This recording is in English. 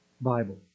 Bible